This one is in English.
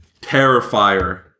Terrifier